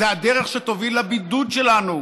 זו הדרך שתוביל לבידוד שלנו,